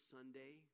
Sunday